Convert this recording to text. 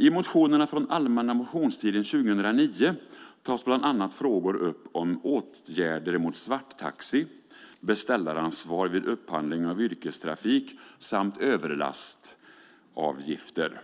I motionerna från allmänna motionstiden 2009 tar man bland annat upp frågor om åtgärder mot svarttaxi, om beställaransvar vid upphandling av yrkestrafik samt om överlastsavgifter.